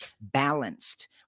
balanced